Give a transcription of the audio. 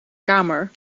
kamer